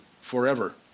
forever